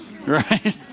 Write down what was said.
Right